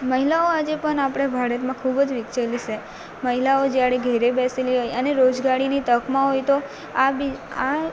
મહિલાઓ આજે પણ આપણે ભારતમાં ખૂબ જ વિકસેલી છે મહિલાઓ જ્યારે ઘરે બેસેલી હોય અને રોજગારીની તકમાં હોય તો આ બી આ